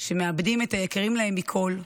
שמאבדות את היקרים להן מכול,